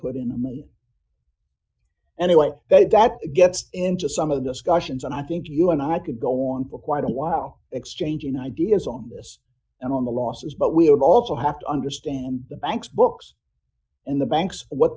put in a one million and a way that gets into some of the scotians and i think you and i could go on for quite a while exchanging ideas on this and on the losses but we also have to understand the banks books and the banks what